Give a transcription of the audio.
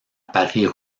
paris